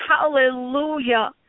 hallelujah